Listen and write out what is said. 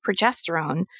progesterone